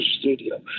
studio